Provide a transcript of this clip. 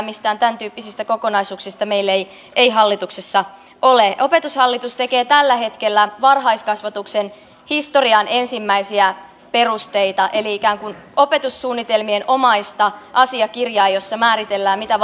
mistään tämän tyyppisistä kokonaisuuksista meillä ei tietenkään hallituksessa ole opetushallitus tekee tällä hetkellä varhaiskasvatuksen historian ensimmäisiä perusteita eli ikään kuin opetussuunnitelmienomaista asiakirjaa jossa määritellään mitä